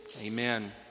Amen